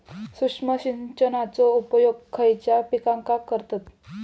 सूक्ष्म सिंचनाचो उपयोग खयच्या पिकांका करतत?